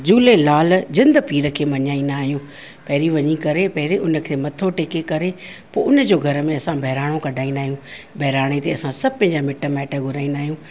झूलेलाल जिंद पीर खे मञाईंदा आहियूं पहिरीं वञी करे पहिरीं उनखे मथो टेके करे पोइ हुनजो घर में असां बहराणो कढाईंदा आहियूं बहराणे ते असां सभु पंहिंजा मिट माइट घुराईंदा आहियूं